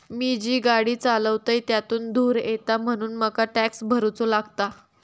मी जी गाडी चालवतय त्यातुन धुर येता म्हणून मका टॅक्स भरुचो लागता